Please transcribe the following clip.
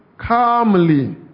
calmly